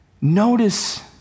Notice